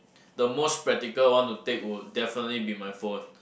the most practical one to take would definitely be my phone